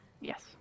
Yes